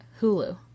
Hulu